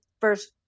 first